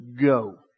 go